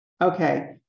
Okay